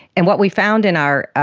and what we found in our